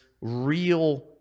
real